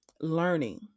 learning